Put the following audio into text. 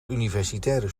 universitaire